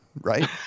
Right